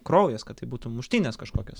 kraujas kad tai būtų muštynės kažkokios